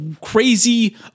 crazy